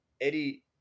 Eddie